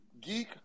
geek